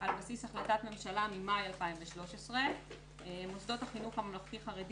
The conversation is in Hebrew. על בסיס החלטת ממשלה ממאי 2013. מוסדות החינוך הממלכתי-חרדי